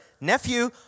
nephew